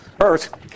earth